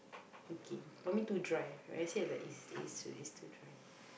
okay for me to dry I say like is is is to dry